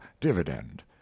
dividend